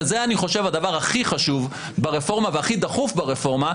וזה אני חושב הדבר הכי חשוב ברפורמה והכי דחוף ברפורמה,